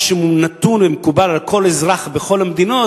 מה שהוא נתון ומקובל לכל אזרח בכל המדינות,